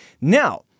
Now